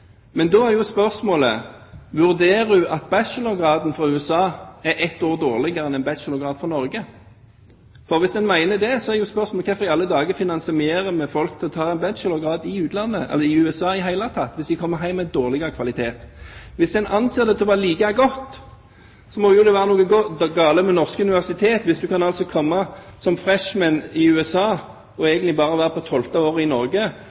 men da er jo spørsmålet: Vurderer hun det slik at bachelorgraden fra USA er et år dårligere enn en bachelorgrad fra Norge? Hvis en mener det, er jo spørsmålet: Hvorfor i alle dager finansierer vi folk som tar en bachelorgrad i utlandet, eller i USA, i det hele tatt, hvis de kommer hjem med dårligere kvalitet? Hvis en anser det for å være like godt, må det jo være noe galt med norske universitet hvis du kan komme som freshman i USA og egentlig bare være på tolvte året i Norge,